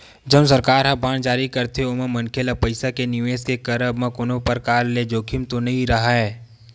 जउन सरकार ह बांड जारी करथे ओमा मनखे ल पइसा के निवेस के करब म कोनो परकार के जोखिम तो नइ राहय